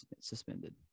suspended